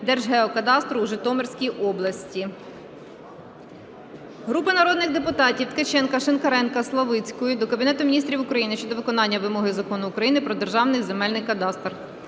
Держгеокадастру у Житомирській області. Групи народних депутатів (Ткаченка, Шинкаренка, Славицької) до Кабінету Міністрів України щодо виконання вимог Закону України "Про Державний земельний кадастр".